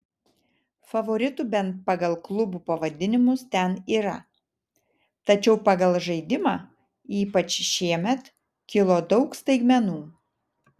favoritų bent pagal klubų pavadinimus ten yra tačiau pagal žaidimą ypač šiemet kilo daug staigmenų